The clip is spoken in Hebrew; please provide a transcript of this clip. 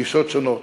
גישות שונות,